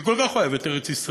שכל כך אוהב את ארץ-ישראל,